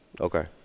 Okay